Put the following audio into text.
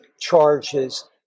charges